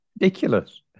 ridiculous